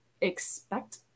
expect